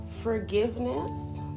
Forgiveness